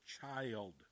child